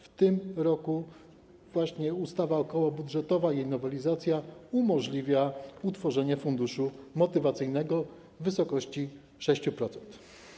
W tym roku właśnie ustawa okołobudżetowa, jej nowelizacja umożliwia utworzenie funduszu motywacyjnego w wysokości 6%.